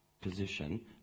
position